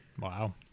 Wow